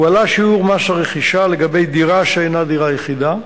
הועלה שיעור מס הרכישה לגבי דירה שאינה דירה יחידה,